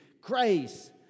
grace